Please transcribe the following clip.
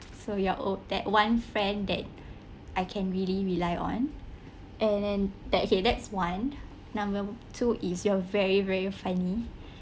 so you are on~ that one friend that I can really rely on and then that okay that's one number two is you are very very funny